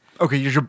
Okay